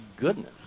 goodness